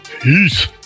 Peace